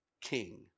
king